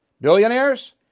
Billionaires